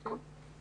כן.